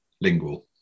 lingual